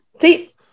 see